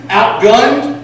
outgunned